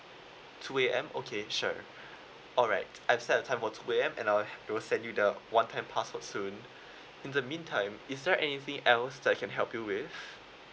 two A_M okay sure alright I've set the time for two A_M and I'll we will send you the one time password soon in the meantime is there anything else that I can help you with